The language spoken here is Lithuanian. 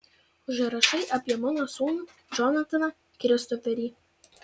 užrašai apie mano sūnų džonataną kristoferį